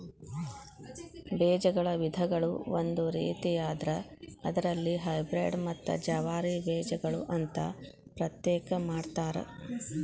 ಬೇಜಗಳ ವಿಧಗಳು ಒಂದು ರೇತಿಯಾದ್ರ ಅದರಲ್ಲಿ ಹೈಬ್ರೇಡ್ ಮತ್ತ ಜವಾರಿ ಬೇಜಗಳು ಅಂತಾ ಪ್ರತ್ಯೇಕ ಮಾಡತಾರ